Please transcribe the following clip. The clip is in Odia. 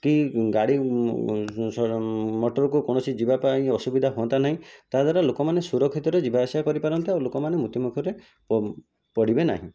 କି ଗାଡ଼ି ମଟରକୁ କୌଣସି ଯିବା ପାଇଁ ଅସୁବିଧା ହୁଅନ୍ତା ନାହିଁ ତାହା ଦ୍ୱାରା ଲୋକମାନେ ସୁରକ୍ଷିତରେ ଯିବା ଆସିବା କରିପାରନ୍ତେ ଆଉ ଲୋକମାନେ ମୃତ୍ୟୁ ମୁଖରେ ପଡ଼ିବେ ନାହିଁ